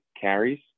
carries